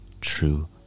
true